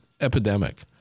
epidemic